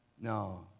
no